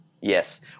Yes